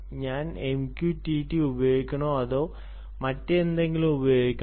ഞാൻ MQTT ഉപയോഗിക്കണോ അതോ മറ്റെന്തെങ്കിലും ഉപയോഗിക്കണോ